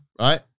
right